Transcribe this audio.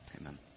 Amen